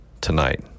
tonight